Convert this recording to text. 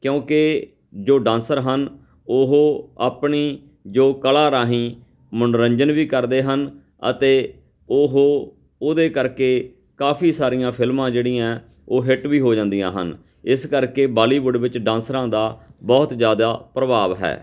ਕਿਉਂਕਿ ਜੋ ਡਾਂਸਰ ਹਨ ਉਹ ਆਪਣੀ ਜੋ ਕਲਾ ਰਾਹੀਂ ਮੰਨੋਰੰਜਨ ਵੀ ਕਰਦੇ ਹਨ ਅਤੇ ਉਹ ਉਹਦੇ ਕਰਕੇ ਕਾਫੀ ਸਾਰੀਆਂ ਫਿਲਮਾਂ ਜਿਹੜੀਆਂ ਉਹ ਹਿੱਟ ਵੀ ਹੋ ਜਾਂਦੀਆਂ ਹਨ ਇਸ ਕਰਕੇ ਬਾਲੀਵੁੱਡ ਵਿੱਚ ਡਾਂਸਰਾਂ ਦਾ ਬਹੁਤ ਜ਼ਿਆਦਾ ਪ੍ਰਭਾਵ ਹੈ